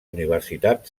universitat